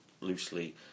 loosely